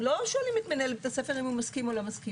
לא שואלים את מנהל בית הספר אם מסכים או לא,